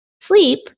sleep